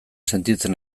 sentitzen